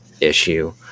issue